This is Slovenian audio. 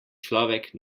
človek